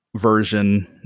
version